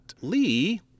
lee